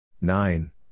Nine